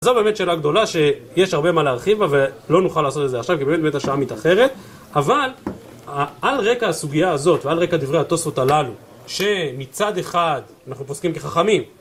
זו באמת שאלה גדולה שיש הרבה מה להרחיב בה, ולא נוכל לעשות את זה עכשיו, כי באמת, באמת השעה מתאחרת. אבל על רקע הסוגיה הזאת ועל רקע דברי התוספות הללו, שמצד אחד אנחנו פוסקים כחכמים,